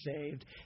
saved